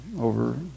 over